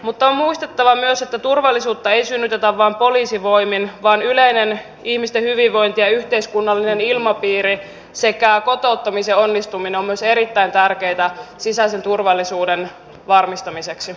mutta on muistettava myös että turvallisuutta ei synnytetä vain poliisivoimin vaan yleinen ihmisten hyvinvointi ja yhteiskunnallinen ilmapiiri sekä kotouttamisen onnistuminen ovat myös erittäin tärkeitä sisäisen turvallisuuden varmistamiseksi